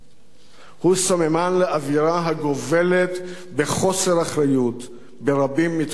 הוא סממן לאווירה הגובלת בחוסר אחריות ברבים מתחומי חיינו.